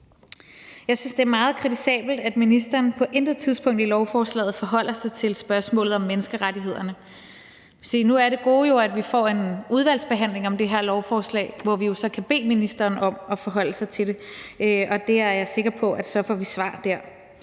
Jeg synes, det er meget kritisabelt, at ministeren på intet tidspunkt i lovforslaget forholder sig til spørgsmålet om menneskerettighederne. Se, nu er det gode jo, at vi får en udvalgsbehandling af det her lovforslag, hvor vi så kan bede ministeren om at forholde sig til det, og så er jeg sikker på, at vi får svar dér.